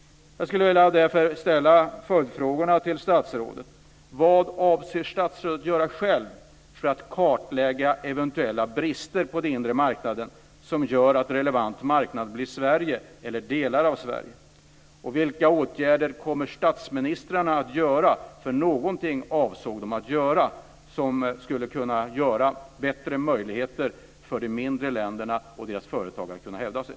Vad avser statsrådet att själv göra för att kartlägga eventuella brister på den inre marknaden som gör att den relevanta marknaden blir Sverige eller delar av Sverige? - för de avsåg att göra någonting - för att skapa bättre möjligheter för de mindre ländernas företag att hävda sig?